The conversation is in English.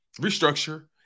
restructure